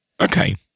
okay